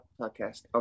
podcast